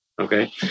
Okay